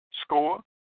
score